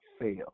fail